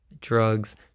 Drugs